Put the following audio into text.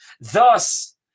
thus